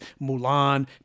Mulan